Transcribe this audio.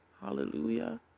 Hallelujah